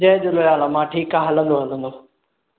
जय झूलेलाल अमा ठीकु आहे हलंदो हलंदो